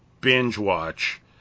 binge-watch